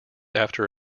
after